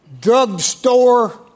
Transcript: drugstore